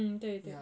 mm 对对